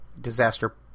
Disaster